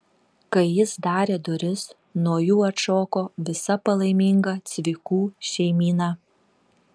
kai jis darė duris nuo jų atšoko visa palaiminga cvikų šeimyna